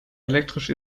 elektrisch